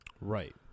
Right